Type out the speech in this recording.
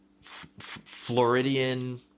Floridian